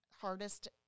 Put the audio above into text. hardest